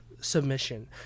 submission